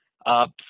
up